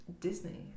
Disney